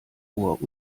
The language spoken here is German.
ohr